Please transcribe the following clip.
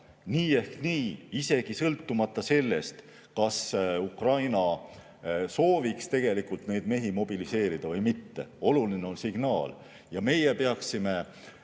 nii või naa, isegi sõltumata sellest, kas Ukraina sooviks tegelikult neid mehi mobiliseerida või mitte. Oluline on signaal. Ja meie peaksime